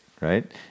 right